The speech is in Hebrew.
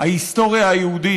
ההיסטוריה היהודית,